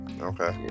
okay